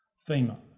fema.